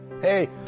hey